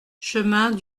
chemin